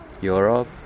Europe